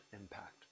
impact